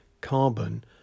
carbon